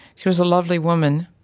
she was a lovely woman,